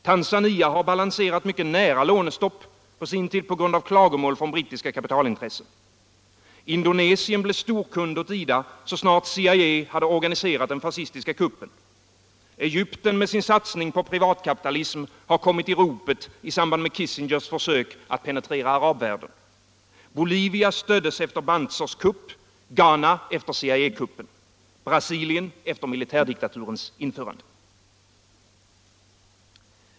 Tanzania har balanserat mycket nära lånestopp på grund av klagomål från brittiska kapitalintressen. Indonesien blev storkund åt IDA så snart CIA hade organiserat den fascistiska kuppen. Egypten med sin satsning på privatkapitalism har kommit i ropet i samband med Kissingers försök att penetrera arabvärlden. Bolivia stöddes efter Banzers kupp, Ghana efter CIA-kuppen och Brasilien efter militärdiktaturens införande.